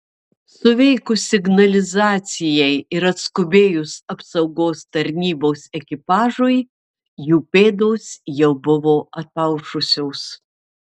suveikus signalizacijai ir atskubėjus apsaugos tarnybos ekipažui jų pėdos jau buvo ataušusios